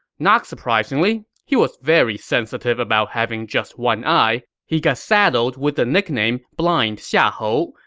not surprisingly, he was very sensitive about having just one eye. he got saddled with the nickname blind xiahou,